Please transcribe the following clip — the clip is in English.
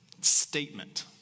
statement